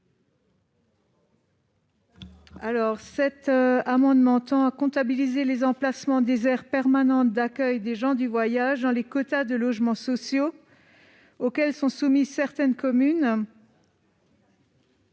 Drexler. Cet amendement tend à comptabiliser les emplacements des aires permanentes d'accueil des gens du voyage dans les quotas de logements sociaux auxquels sont soumises certaines communes.